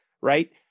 Right